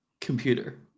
computer